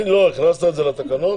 לא, הכנסת את זה לתקנות?